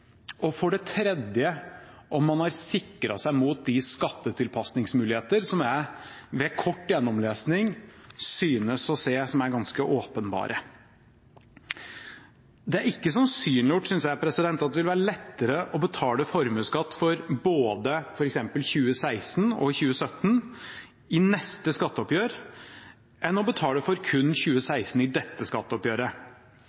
og for det tredje om man har sikret seg mot de skattetilpasningsmuligheter som jeg ved kort gjennomlesing synes å se er ganske åpenbare. Det er ikke sannsynliggjort, synes jeg, at det vil være lettere å betale formuesskatt for både f.eks. 2016 og 2017 i neste skatteoppgjør enn å betale kun for